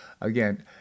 again